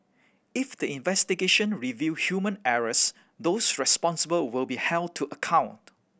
if the investigation reveal human errors those responsible will be held to account